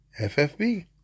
FFB